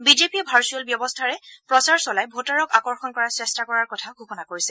বিজেপিয়ে ভাৰ্ছুৱেল ব্যৱস্থাৰে প্ৰচাৰ চলাই ভোটাৰক আকৰ্যণ কৰাৰ চেষ্টা কৰাৰ কথা ঘোষণা কৰিছে